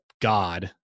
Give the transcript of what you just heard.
god